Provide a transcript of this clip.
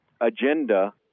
agenda